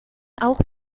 auch